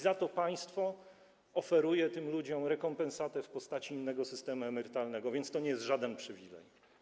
Za to państwo oferuje tym ludziom rekompensatę w postaci innego systemu emerytalnego, więc to nie jest żaden przywilej.